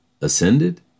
ascended